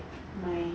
my